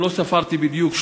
לא ספרתי בדיוק,